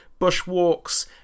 bushwalks